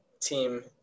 team